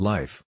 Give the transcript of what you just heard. Life